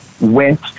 went